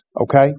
Okay